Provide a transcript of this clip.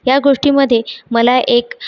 या गोष्टींमध्ये मला एक